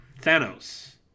Thanos